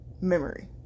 memory